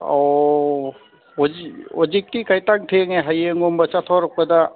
ꯑꯣ ꯍꯧꯖꯤꯛꯇꯤ ꯈꯤꯇꯪ ꯊꯦꯡꯉꯦ ꯍꯌꯦꯡꯒꯨꯝꯕ ꯆꯠꯊꯣꯔꯛꯄꯗ